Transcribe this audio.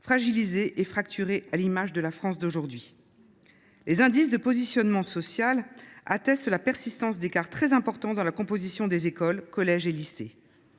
fragilisée et fracturée à l’image de la France d’aujourd’hui. Les indices de position sociale attestent la persistance de très importants écarts dans la composition des écoles, collèges et lycées.